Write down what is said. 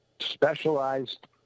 specialized